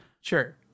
Sure